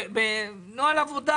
בנוהל עבודה.